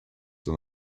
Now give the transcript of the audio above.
than